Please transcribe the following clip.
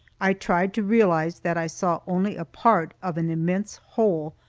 i tried to realize that i saw only a part of an immense whole,